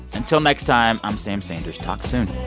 until next time, i'm sam sanders. talk soon